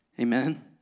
Amen